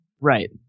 Right